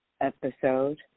episode